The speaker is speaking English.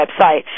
website